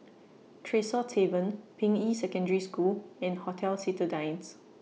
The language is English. Tresor Tavern Ping Yi Secondary School and Hotel Citadines